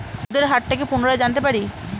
সুদের হার টা কি পুনরায় জানতে পারি?